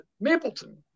Mapleton